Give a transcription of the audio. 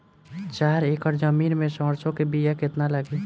चार एकड़ जमीन में सरसों के बीया कितना लागी?